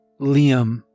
Liam